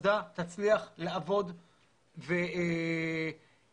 תהליך של הסבה לוקח זמן ואמור להסתיים עד שנת